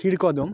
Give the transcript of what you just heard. ক্ষীরকদম